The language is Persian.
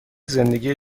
زندگی